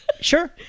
sure